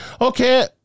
okay